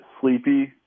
sleepy